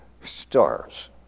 stars